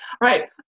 right